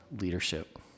leadership